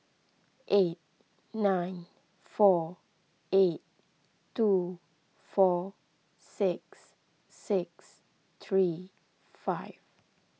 eight nine four eight two four six six three five